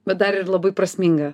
bet dar ir labai prasminga